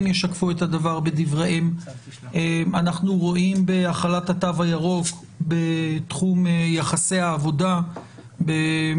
ישקפו את הדבר בדבריהם בהחלת התו הירוק בתחום יחסי העבודה במקומות